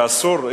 ואסור.